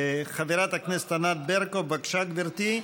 חברת הכנסת ענת ברקו, בבקשה, גברתי,